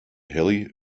hilly